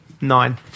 nine